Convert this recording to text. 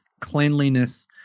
cleanliness